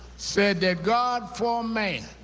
said that god formed man,